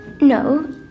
No